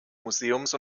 museums